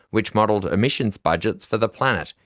which modelled emissions budgets for the planet,